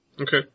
Okay